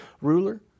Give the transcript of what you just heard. ruler